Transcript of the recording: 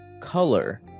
color